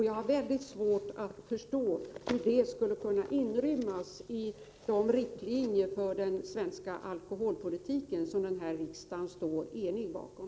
Jag har väldigt svårt att förstå hur avsmakning skall kunna inrymmas i de riktlinjer för den svenska alkoholpolitiken som denna riksdag står enig bakom.